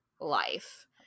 life